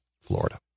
Florida